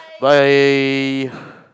bye